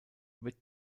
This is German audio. wird